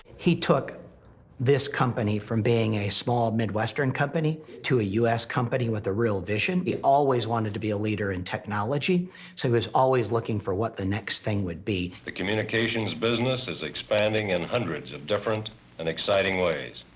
he took this company from being a small midwestern company to a u s. company with a real vision. he always wanted to be a leader in technology so he was always looking for what the next thing would be. the communications business is expanding in hundreds of different and exciting ways.